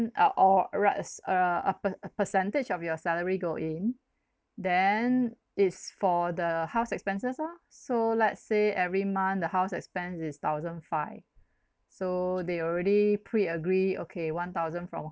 uh all right us uh a per~ a percentage of your salary go in then it's for the house expenses orh so let's say every month the house expense is thousand five so they already pre agree okay one thousand from